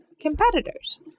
competitors